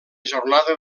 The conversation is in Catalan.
jornada